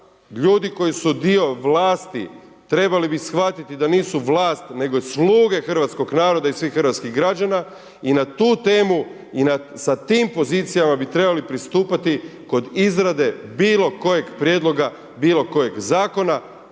ljudi koji su dio vlasti, trebali bi shvatiti da nisu vlast nego sluge hrvatskog naroda i svih hrvatskih građana i na tu temu i sa tim pozicijama bi trebali pristupati kod izrade bilo kojeg prijedloga, bilo kojeg zakona,